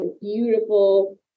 beautiful